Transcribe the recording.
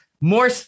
more